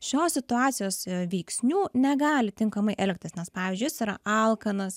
šios situacijos veiksnių negali tinkamai elgtis nes pavyzdžiui jis yra alkanas